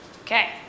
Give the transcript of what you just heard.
Okay